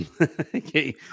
Okay